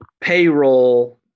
payroll